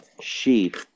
sheep